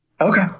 Okay